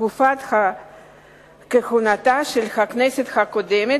תקופת כהונתה של הכנסת הקודמת,